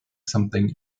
something